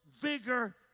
vigor